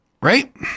right